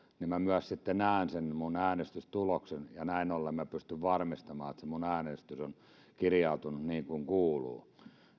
niin minä myös näen sen minun äänestystulokseni ja näin ollen minä pystyn varmistamaan että se minun äänestykseni on kirjautunut niin kuin kuuluu